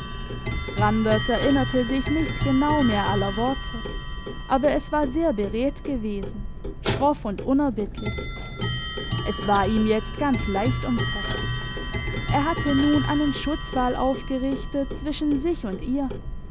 randers erinnerte sich nicht genau mehr aller worte aber es war sehr beredt gewesen schroff und unerbittlich es war ihm jetzt ganz leicht ums herz er hatte nun einen schutzwall aufgerichtet zwischen sich und ihr